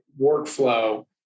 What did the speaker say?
workflow